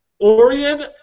Orion